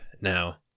now